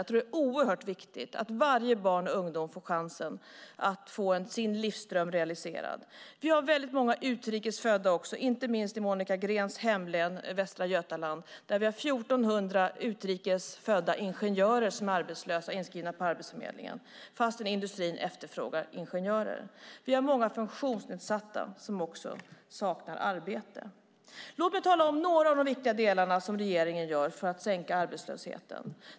Jag tror att det är oerhört viktigt att varje barn och ungdom får chansen att få sin livsdröm realiserad. Vi har också många utrikes födda, inte minst i Monica Greens hemlän Västra Götaland. Där har vi 14 000 utrikes födda ingenjörer som är arbetslösa och inskrivna på Arbetsförmedlingen trots att industrin efterfrågar ingenjörer. Vi har också många funktionsnedsatta som saknar arbete. Låt mig tala om några av de viktiga delar som regeringen gör för att sänka arbetslösheten.